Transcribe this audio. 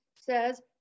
says